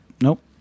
nope